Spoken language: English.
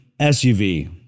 SUV